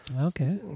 Okay